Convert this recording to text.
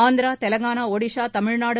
Andhra Telangana Odisha Tamil Nadu